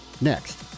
Next